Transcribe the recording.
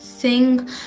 sing